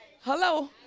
Hello